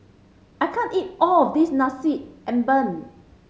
I can't eat all of this Nasi Ambeng